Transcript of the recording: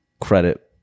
credit